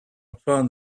found